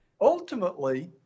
ultimately